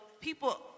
people